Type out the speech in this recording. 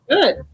Good